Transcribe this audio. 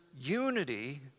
unity